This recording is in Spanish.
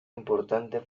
importante